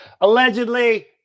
Allegedly